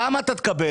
כמה אתה תקבל,